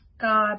God